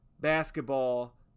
basketball